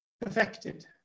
perfected